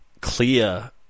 clear